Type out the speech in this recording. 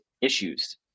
issues